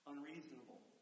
unreasonable